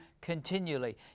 continually